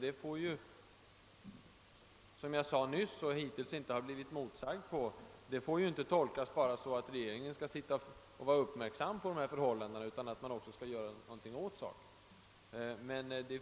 Detta får — vilket jag tidigare framhållit utan att bli motsagd — inte tolkas så att regeringen bara skall sitta och vara uppmärksam på frågan, utan den måste ju också göra något åt saken.